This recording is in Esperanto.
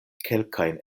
kelkajn